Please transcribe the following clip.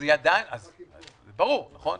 --- ברור, נכון?